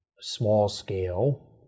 small-scale